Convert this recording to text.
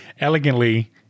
elegantly